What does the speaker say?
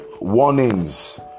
warnings